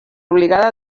obligada